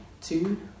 two